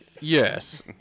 Yes